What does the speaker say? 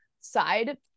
side